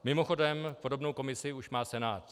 Mimochodem podobnou komisi už má Senát.